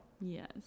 Yes